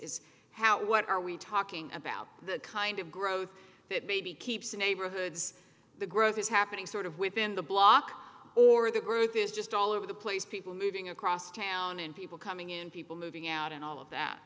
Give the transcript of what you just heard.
is how what are we talking about the kind of growth that maybe keeps neighborhoods the growth is happening sort of within the block or the group is just all over the place people moving across town and people coming in people moving out and all of that